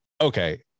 okay